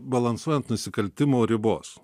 balansuoja ant nusikaltimo ribos